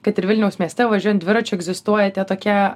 kad ir vilniaus mieste važiuojant dviračiu egzistuoja tie tokie